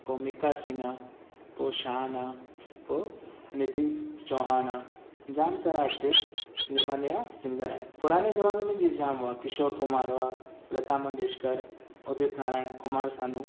पोइ मिका सिंग आहे पोइ शान आहे पोइ सुनिधि चौहान आहे जाम सारा अॼु जे ज़माने जा सिंगर आहिनि पुराणे ज़माने में जीअं जाम हुआ किशोर कुमार हुआ लता मंगेशकर उदित नारायण कुमार शानू